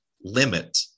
limit